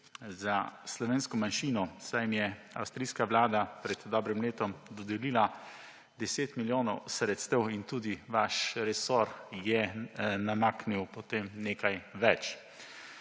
za slovensko manjšino, saj jim je avstrijska vlada pred dobrim leto dodelila 10 milijonov sredstev in tudi vaš resor je namaknil potem nekaj več.